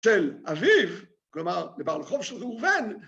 ‫של אביו, כלומר, ‫לבעל חובראובן,